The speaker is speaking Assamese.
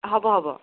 হ'ব হ'ব